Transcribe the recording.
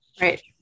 Right